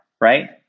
right